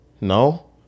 No